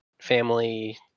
family